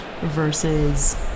versus